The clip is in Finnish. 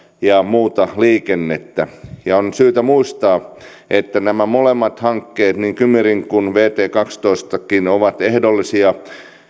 ja muuta liikennettä on syytä muistaa että nämä molemmat hankkeet niin kymi ring kuin vt kaksitoistakin ovat ehdollisia